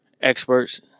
experts